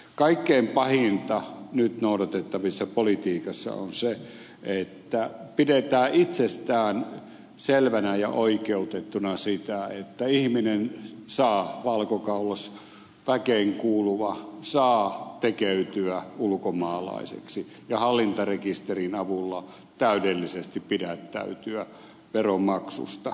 kaikkein pahinta nyt noudatettavassa politiikassa on se että pidetään itsestäänselvänä ja oikeutettuna sitä että ihminen valkokaulusväkeen kuuluva saa tekeytyä ulkomaalaiseksi ja hallintarekisterin avulla täydellisesti pidättäytyä veronmaksusta